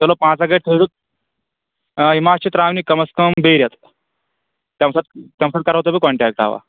چلو پنٛژاہ گَاڑِ تھٲے زِیٚو آ یِم حظ چھِ ترٛاونہِ کَم اَز کَم بیٚیہِ رٮ۪تھ تَمہِ ساتہٕ تَمہِ ساتہٕ کَرہو تۄہہِ بہٕ کَنٛٹَیٚکٹ اَوَا